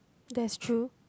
that's true